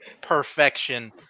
perfection